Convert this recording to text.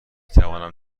توانم